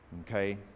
Okay